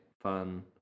fun